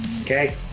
Okay